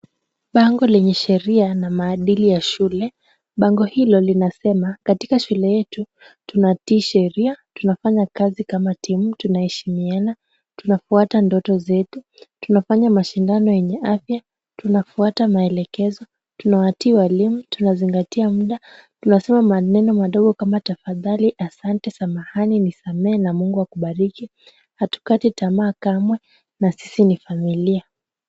Bango lenye sheria na maadili ya shule. Bango hilo linasema katika shule yetu tunatii sheria, tunafanya kazi kama (cs) team (cs), tunaheshimiana, tunafuata ndoto zetu, tunafanya mashindano yenye afya, tunafuata maelekezo, tunawatii waalimu, tunazingatia muda, tunasema maneno madogo kama tafadhali, asante, samahani, nisamehe na Mungu akubariki, hatukati tamaa kamwe na sisi ni familia.